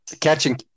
Catching